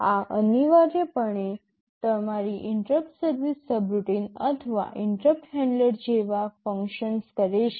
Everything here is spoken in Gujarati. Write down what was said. આ અનિવાર્યપણે તમારી ઇન્ટરપ્ટ સર્વિસ સબરૂટિન અથવા ઇન્ટરપ્ટ હેન્ડલર જેવા ફંક્શન્સ કરે છે